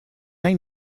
nahi